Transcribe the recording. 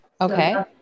Okay